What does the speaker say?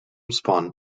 spawned